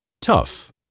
Tough